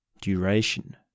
Duration